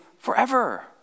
Forever